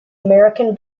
american